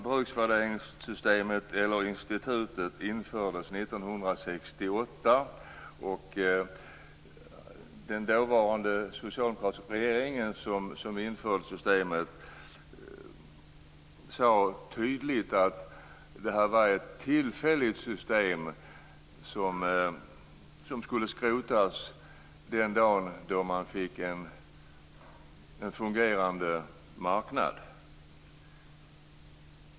Bruksvärdessystemet infördes 1968, och den dåvarande socialdemokratiska regeringen, som införde systemet, sade tydligt att det här var ett tillfälligt system som skulle skrotas den dag då man fick en fungerande marknad.